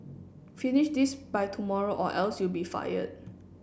finish this by tomorrow or else you'll be fired